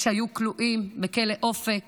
שהיו כלואים בכלא אופק